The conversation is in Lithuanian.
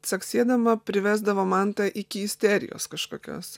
caksėdama privesdavo mantą iki isterijos kažkokios